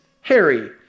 Harry